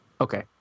Okay